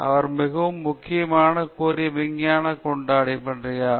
இவர் மிக முக்கியமான கொரிய விஞ்ஞானியாக கொண்டாடப்படுகிறார்